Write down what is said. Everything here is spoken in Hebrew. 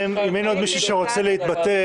שרוצה להתבטא,